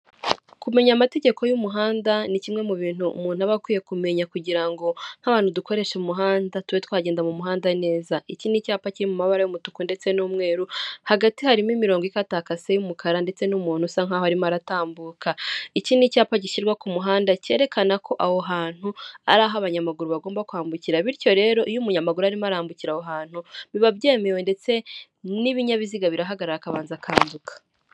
Kumenya amategeko y'umuhanda ni kimwe mu bintu umuntu aba akwiye kumenya kugira ngo nk'abantu dukoresha umuhanda, tube twagenda muhanda neza. Iki ni icyapa kiri mu mabara y'umutuku ndetse n'umweru, hagati harimo imirongo ikatakakase y'umukara ndetse n'umuntu usa nk'aho arimo aratambuka. Iki ni icyapa gishyirwa ku muhanda cyerekana ko aho hantu ari aho abanyamaguru bagomba kwambukira, bityo rero iyo umunyamaguru arimo arambukira aho hantu, biba byemewe ndetse n'ibinyabiziga birahagarara akabanza akambuka.